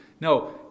No